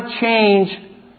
change